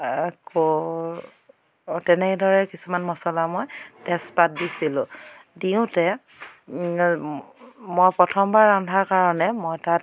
আকৌ তেনেদৰে কিছুমান মচলা মই তেজপাত দিছিলোঁ দিওঁতে মই প্ৰথমবাৰ ৰন্ধাৰ কাৰণে মই তাত